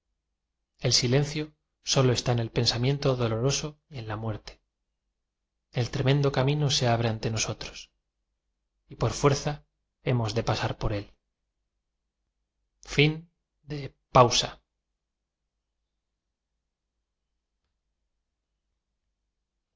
el silencio sólo está en el pensamiento doloroso y en la muerte el tremendo ca mino se abre ante nosotros y por fuerza hemos de pasar por él